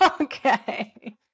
Okay